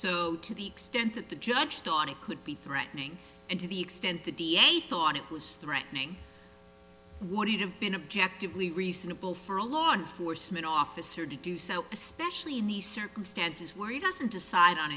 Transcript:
so to the extent that the judge thought it could be threatening and to the extent the da thought it was threatening would it have been objective lee reasonable for a law enforcement officer to do so especially in the circumstances where he doesn't decide on